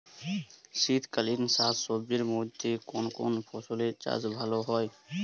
শীতকালীন শাকসবজির মধ্যে কোন কোন ফসলের চাষ ভালো হয়?